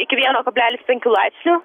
iki vieno kablelis penkių laipsnių